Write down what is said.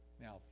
Now